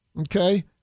Okay